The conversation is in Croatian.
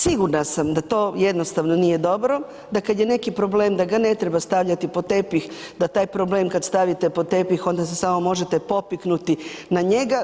Sigurna sam da to jednostavno nije dobro, da kad je neki problem da ga ne treba stavljati pod tepih, da taj problem kad stavite pod tepih onda se samo možete popiknuti na njega.